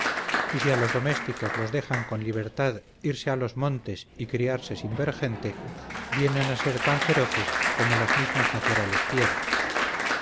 a los domésticos los dejan con libertad irse a los montes y criarse sin ver gente vienen a ser tan feroces como las mismas naturales fieras